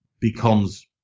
becomes